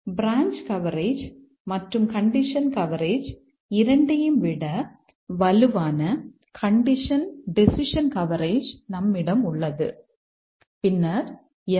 branch coverage மற்றும் condition coverage இரண்டையும் விட வலுவான கண்டிஷன் டெசிஷன் கவரேஜ் நம்மிடம் உள்ளது பின்னர் எம்